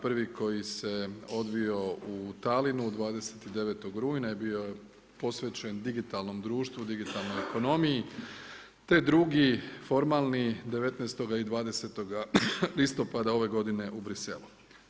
Prvi koji se odvio u Talinu 29. rujna je bio posvećen digitalnom društvu, digitalnoj ekonomiji, te drugi formalni 19. i 20. listopada ove godine u Bruxellesu.